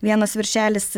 vienas viršelis